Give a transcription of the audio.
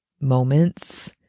moments